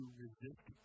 resist